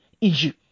issue